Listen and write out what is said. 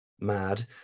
mad